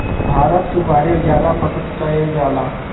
भारत के बहरे जादा पसंद कएल जाला